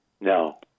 No